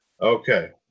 Okay